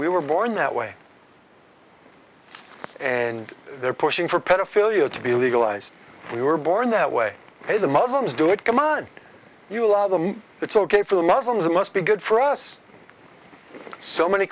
we were born that way and they're pushing for pedophilia to be legalized we were born that way hey the muslims do it c'mon you allow them it's ok for the muslims must be good for us so many